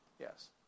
Yes